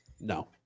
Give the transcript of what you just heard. No